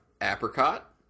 Apricot